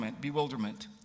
bewilderment